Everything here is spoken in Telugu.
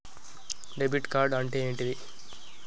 డెబిట్ కార్డ్ అంటే ఏంటిది?